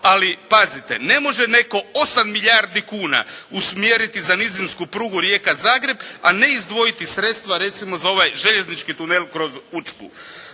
Ali pazite, ne može netko 8 milijardi kuna usmjeriti za nizinsku prugu Rijeka-Zagreb a ne izdvojiti sredstva za recimo ovaj željeznički tunel kroz Učku.